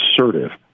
assertive